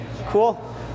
Cool